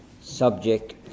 subject